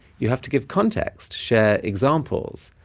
you have to give context, share examples,